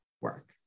work